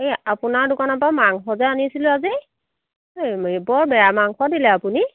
এই আপোনাৰ দোকানৰ পৰা মাংস যে আনিছিলোঁ আজি এই বৰ বেয়া মাংস দিলে আপুনি